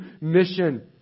mission